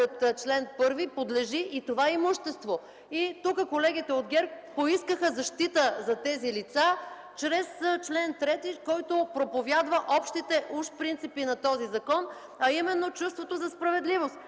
чл. 1, подлежи и това имущество. Тук колегите от ГЕРБ поискаха защита за тези лица чрез чл. 3, който проповядва общите уж принципи на този закон, а именно чувството за справедливост.